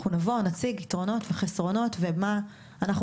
אנחנו נבוא ונציג יתרונות וחסרונות ומה אנחנו